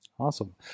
Awesome